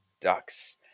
Ducks